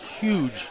huge